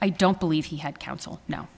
i don't believe he had counsel no